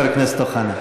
בבקשה, חבר הכנסת אוחנה.